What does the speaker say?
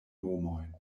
nomojn